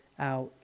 out